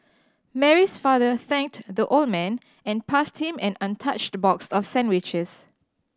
Mary's father thanked the old man and passed him an untouched box of sandwiches